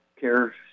Care